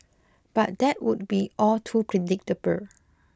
but that would be all too predictable